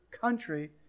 country